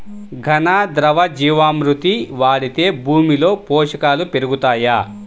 ఘన, ద్రవ జీవా మృతి వాడితే భూమిలో పోషకాలు పెరుగుతాయా?